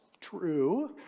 true